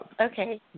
Okay